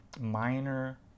minor